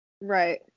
Right